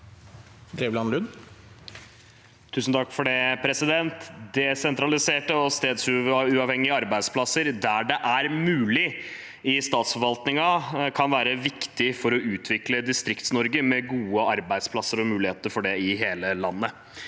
Drevland Lund (R) Desentrali- serte og stedsuavhengige arbeidsplasser der det er mulig i statsforvaltningen, kan være viktig for å utvikle Distrikts-Norge med gode arbeidsplasser og muligheter for det i hele landet.